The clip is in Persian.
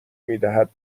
میدهد